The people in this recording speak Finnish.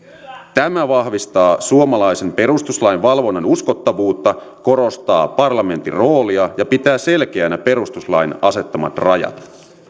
tämä vahvistaa suomalaisen perustuslain valvonnan uskottavuutta korostaa parlamentin roolia ja pitää selkeänä perustuslain asettamat rajat